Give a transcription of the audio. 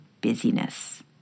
busyness